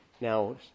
Now